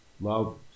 Love